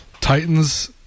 Titans